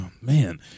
man